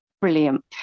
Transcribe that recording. brilliant